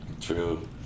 True